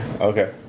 Okay